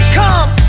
come